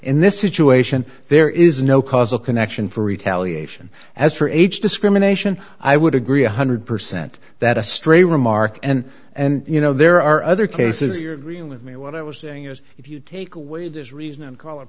in this situation there is no causal connection for retaliation as for age discrimination i would agree one hundred percent that a stray remark and and you know there are other cases you're with me when i was saying is if you take away this reason and call it